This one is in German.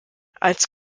als